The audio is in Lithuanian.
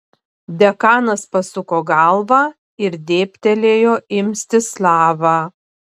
dekanas pasuko galvą ir dėbtelėjo į mstislavą